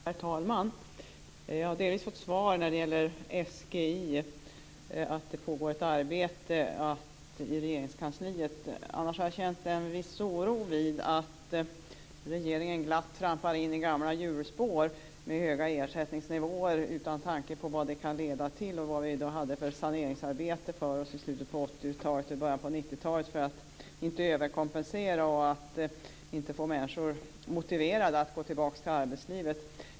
Herr talman! Jag har delvis fått svar när det gäller SGI, dvs. att det pågår ett arbete i Regeringskansliet. Jag har känt en viss oro för att regeringen glatt trampar på i gamla hjulspår med höga ersättningsnivåer utan en tanke på vad det kan leda till. I slutet av 80 talet och början av 90-talet hade vi ett saneringsarbete för att inte överkompensera och så att människor skulle känna sig motiverade att gå tillbaka till arbetslivet.